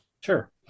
Sure